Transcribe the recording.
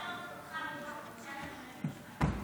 אדוני היושב-ראש,